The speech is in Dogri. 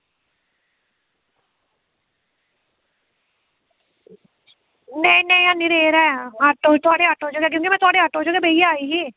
नेईं नेईं ऐनी रेह् दा ऐ ऑटो च गै क्योंकि में थुआढ़े ऑटो च गै बेहियै आई ही